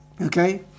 okay